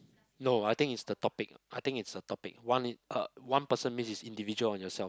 no I think it's the topic I think it's the topic one in uh one person means it's individual on yourself